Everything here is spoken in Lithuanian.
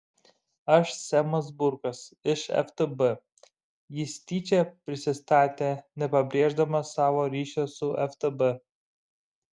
aš semas burkas iš ftb jis tyčia prisistatė nepabrėždamas savo ryšio su ftb